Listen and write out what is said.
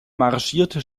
marschierte